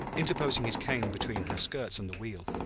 interposing his cane between her skirts and the wheel.